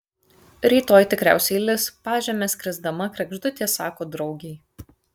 rytoj tikriausiai lis pažeme skrisdama kregždutė sako draugei